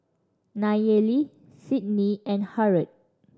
Nayeli Sidney and Harrold